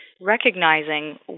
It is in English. recognizing